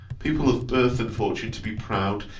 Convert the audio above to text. people of birth and fortune to be proud,